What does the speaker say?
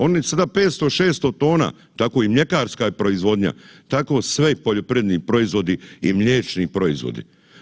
Oni sada 500, 600 tona, tako i mljekarska je proizvodnja, tako sve poljoprivredni proizvodi i mliječni proizvodi.